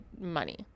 money